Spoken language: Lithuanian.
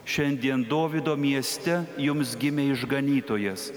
šiandien dovydo mieste jums gimė išganytojas